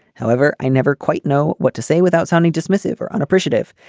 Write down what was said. however i never quite know what to say without sounding dismissive or unappreciative.